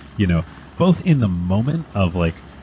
you know both in the moment of like,